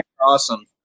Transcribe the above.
awesome